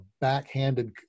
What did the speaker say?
backhanded